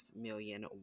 million